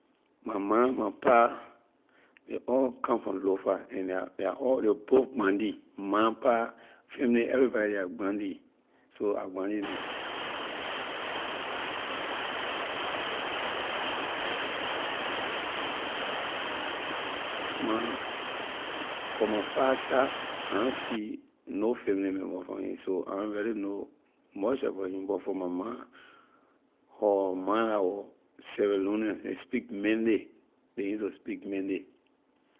My ma my pa ley all come from lofa and they are they are all ley both gbandi ma pa family everybody ley are gbandi so I gbandi man. my for my pa side I na see no family member from he so I na really know much about him but for my ma her ma la wor sierra leonean ley speak mande ley use to speak mande.